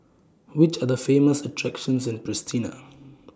Which Are The Famous attractions in Pristina